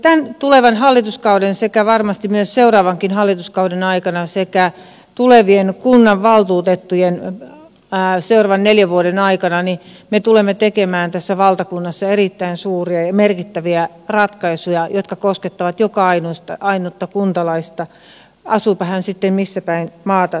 tämän tulevan hallituskauden sekä varmasti myös seuraavankin hallituskauden aikana sekä tulevien kunnanvaltuutettujen seuraavan neljän vuoden aikana me tulemme tekemään tässä valtakunnassa erittäin suuria ja merkittäviä ratkaisuja jotka koskettavat joka ainutta kuntalaista asuipa hän sitten missä päin maata tahansa